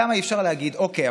למה אי-אפשר להגיד: אוקיי,